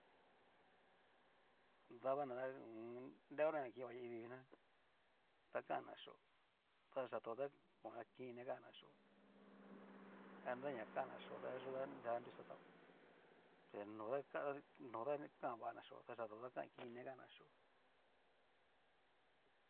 Davana ta ho o on. reona na kini va naivii nguna, ta kana chio ta yató ta kininé kana chío, aña nra kanacxhío ta yo ta nrida kanrixa ta'ó, pro no ta ki no ta kan vanáxio ta cható ta kan'kinine kan ná xhió.